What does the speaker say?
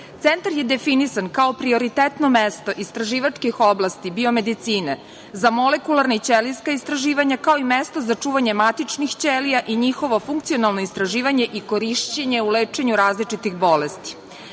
Centar je definisan kao prioritetno mesto istraživačkih oblasti biomedicine, za molekularne i ćelijska istraživanja, kao i mesto za čuvanje matičnih ćelija i njihovo funkcionalno istraživanje i korišćenje u lečenju različitih